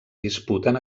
disputen